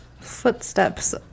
footsteps